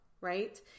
right